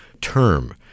term